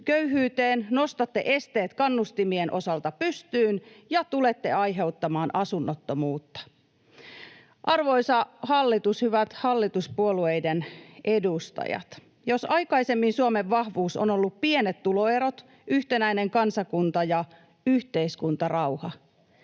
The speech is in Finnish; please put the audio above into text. köyhyyteen, nostatte esteet kannustimien osalta pystyyn ja tulette aiheuttamaan asunnottomuutta. Arvoisa hallitus ja hyvät hallituspuolueiden edustajat, jos aikaisemmin Suomen vahvuus on ollut pienet tuloerot, yhtenäinen kansakunta ja yhteiskuntarauha,